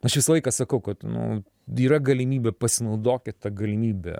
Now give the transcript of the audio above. aš visą laiką sakau kad nu yra galimybė pasinaudokit ta galimybe